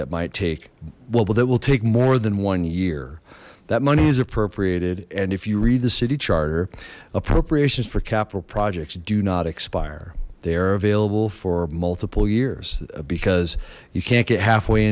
that might take wobble that will take more than one year that money is appropriated and if you read the city charter appropriations for capital projects do not expire they are available for multiple years because you can't get halfway